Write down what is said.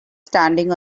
standing